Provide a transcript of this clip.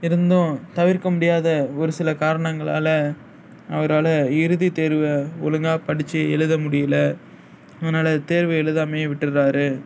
இருந்தும் தவிர்க்க முடியாத ஒரு சில காரணங்களால் அவரால் இறுதி தேர்வை ஒழுங்காக படிச்சு எழுத முடில அதனால தேர்வு எழுதாமையே விட்டுறார்